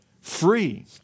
Free